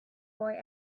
boy